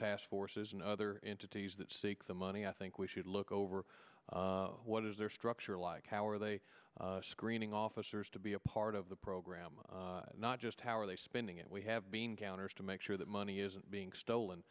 task forces and other entities that seek the money i think we should look over what is their structure like how are they screening officers to be a part of the program not just how are they spending it we have been counters to make sure that money isn't being stolen